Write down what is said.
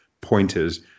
pointers